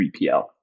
3PL